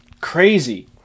Crazy